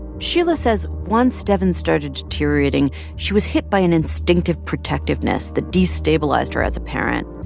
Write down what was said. sheila says once devyn started deteriorating, she was hit by an instinctive protectiveness that destabilized her as a parent.